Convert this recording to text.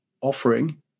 offering